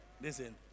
listen